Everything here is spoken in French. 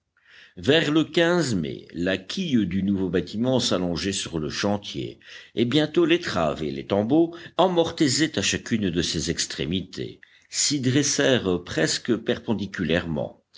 vers le mai la quille du nouveau bâtiment s'allongeait sur le chantier et bientôt l'étrave et l'étambot emmortaisés à chacune de ses extrémités s'y dressèrent presque perpendiculairement